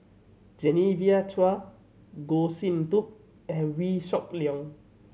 Genevieve Chua Goh Sin Tub and Wee Shoo Leong